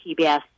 PBS